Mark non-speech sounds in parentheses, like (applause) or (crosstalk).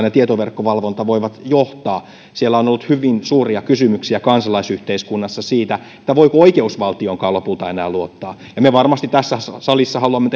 (unintelligible) ja tietoverkkovalvonta eri muodoissaan voivat johtaa siellä on ollut hyvin suuria kysymyksiä kansalaisyhteiskunnassa siitä voiko oikeusvaltioonkaan lopulta enää luottaa me varmasti tässä salissa haluamme (unintelligible)